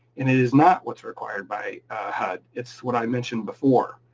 and it is not what's required by hud. it's what i mentioned before.